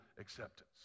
acceptance